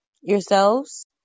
yourselves